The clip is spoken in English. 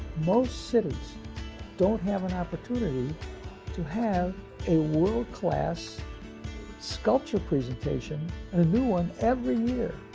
most cities don't have an opportunity to have a world-class sculpture presentation, and a new one, every year.